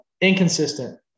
Inconsistent